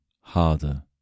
harder